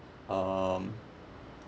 um